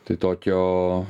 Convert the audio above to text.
tai tokio